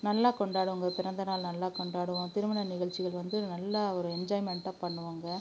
நல்லா கொண்டாடுவோங்க பிறந்த நாள் நல்லா கொண்டாடுவோம் திருமண நிகழ்ச்சிகள் வந்து நல்லா ஒரு என்ஜாய்மெண்ட்டாக பண்ணுவோங்க